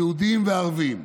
יהודים וערבים,